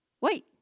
wait